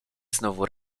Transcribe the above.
znowu